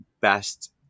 best